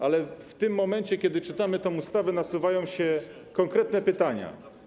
Ale w tym momencie, kiedy czytamy tę ustawę, nasuwają się konkretne pytania.